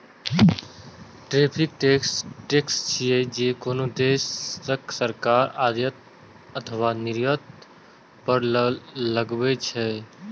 tariff tax छियै, जे कोनो देशक सरकार आयात अथवा निर्यात पर लगबै छै